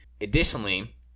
Additionally